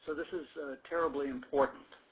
this is terribly important.